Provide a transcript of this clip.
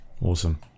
Awesome